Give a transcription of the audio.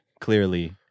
clearly